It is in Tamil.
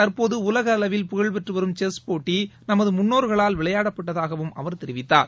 தற்போது உலக அளவில் பெற்றுவரும் செஸ் போட்டிநமதமுன்னோர்களால் புகழ் விளையாடப்பட்டதாகவும் அவர் தெரிவித்தார்